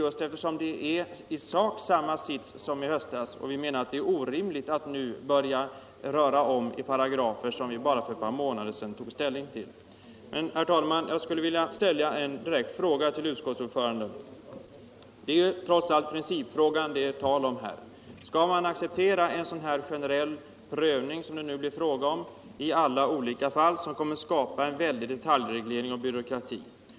Anledningen till det är att det i sak är samma sits som i höstas, och vi menar att det är orimligt att nu börja röra om i paragrafer som riksdagen tog ställning till för bara några månader sedan. Jag vill ställa en direkt fråga till utskottsordföranden. Det är trots allt principer som det här gäller. Skall man acceptera en generell prövning i alla olika fall? Det kommer att skapa en väldig detaljreglering och byråkrati.